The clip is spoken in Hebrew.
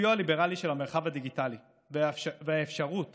הליברלי של המרחב הדיגיטלי והאפשרות